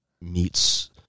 meets